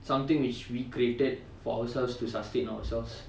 something which we created for ourselves to sustain ourselves